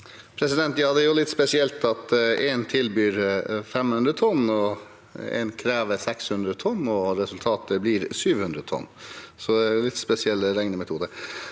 Det er litt spesielt at én tilbyr 500 tonn, én krever 600 tonn, og resultatet blir 700 tonn. Det er en litt spesiell regnemetode.